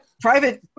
Private